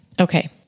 Okay